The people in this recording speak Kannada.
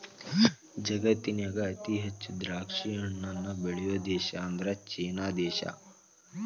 ಜಗತ್ತಿನ್ಯಾಗ ಅತಿ ಹೆಚ್ಚ್ ದ್ರಾಕ್ಷಿಹಣ್ಣನ್ನ ಬೆಳಿಯೋ ದೇಶ ಅಂದ್ರ ಚೇನಾ ದೇಶ